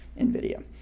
NVIDIA